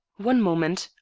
one moment,